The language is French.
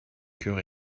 cœur